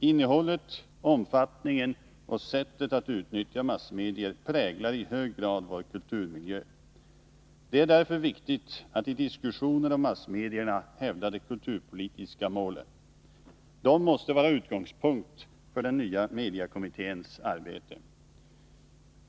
Innehållet, omfattningen och sättet att utnyttja massmedier speglar i högre grad vår kulturmiljö. Det är därför viktigt att i diskussioner om massmedierna hävda de kulturpolitiska målen. De måste vara utgångspunkt för den nya mediekommitténs arbete.